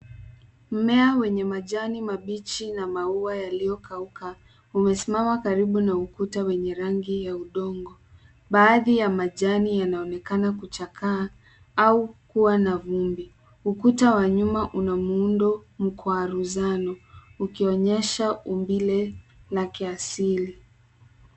Mmea wenye majani mabichi na maua yaliyokauka, umesimama karibu na ukuta wenye rangi ya udongo. Baadhi ya majani yanaonekana kuchakaa au kuwa na vumbi . Ukuta wa nyuma una muundo mkwaruzano, ukionyesha umbile la kiasili.